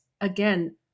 again